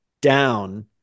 down